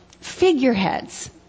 figureheads